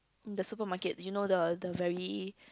the supermarket you know the the very